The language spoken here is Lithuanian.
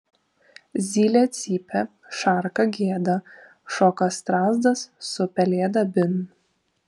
zylė cypia šarka gieda šoka strazdas su pelėda bin